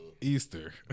Easter